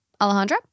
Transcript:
Alejandra